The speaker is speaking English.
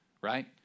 right